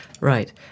Right